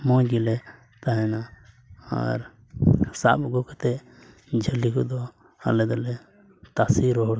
ᱢᱚᱡᱽ ᱜᱮᱞᱮ ᱛᱟᱦᱮᱱᱟ ᱟᱨ ᱥᱟᱵ ᱟᱹᱜᱩ ᱠᱟᱛᱮᱫ ᱡᱷᱟᱹᱞᱤ ᱠᱚᱫᱚ ᱟᱞᱮ ᱫᱚᱞᱮ ᱛᱟᱥᱮ ᱨᱚᱦᱚᱲ ᱠᱟᱜᱼᱟ